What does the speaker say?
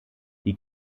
die